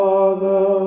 Father